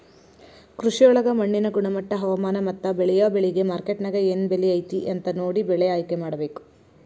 ಕೃಷಿಯೊಳಗ ಮಣ್ಣಿನ ಗುಣಮಟ್ಟ, ಹವಾಮಾನ, ಮತ್ತ ಬೇಳಿಯೊ ಬೆಳಿಗೆ ಮಾರ್ಕೆಟ್ನ್ಯಾಗ ಏನ್ ಬೆಲೆ ಐತಿ ಅಂತ ನೋಡಿ ಬೆಳೆ ಆಯ್ಕೆಮಾಡಬೇಕು